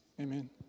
Amen